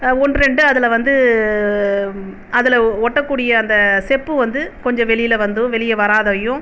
ஒன்று இரண்டு அதில் வந்து அதில் ஒட்டக்கூடிய அந்த செப்பு வந்து கொஞ்சம் வெளியில் வந்தும் வெளியே வராதையும்